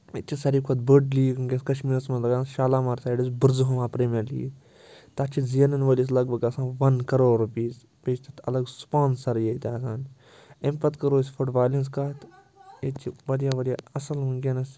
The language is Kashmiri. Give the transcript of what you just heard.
ییٚتہِ چھِ ساروی کھۄتہٕ بٔڑ لیٖگ وٕنۍکٮ۪س کشمیٖرَس منٛز لگان شالامار سایڈَس بُرزُہوما پرٛیٖمیَر لیٖگ تَتھ چھِ زینَن وٲلِس لگ بگ آسان وَن کرور رُپیٖز بیٚیہِ چھِ تَتھ الگ سُپانسرٕے یٲتۍ آسان اَمہِ پَتہٕ کَرو أسۍ فُٹ بالہِ ہِنٛز کَتھ ییٚتہِ چھِ واریاہ واریاہ اَصٕل وٕنۍکٮ۪نَس